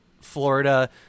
Florida